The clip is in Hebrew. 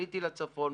עליתי לצפון.